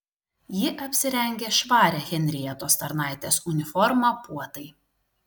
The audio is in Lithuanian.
ji apsirengė švarią henrietos tarnaitės uniformą puotai